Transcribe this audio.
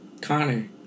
Connor